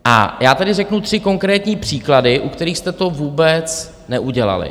A já tady řeknu tři konkrétní příklady, u kterých jste to vůbec neudělali.